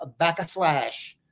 backslash